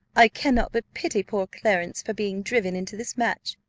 i cannot but pity poor clarence for being driven into this match.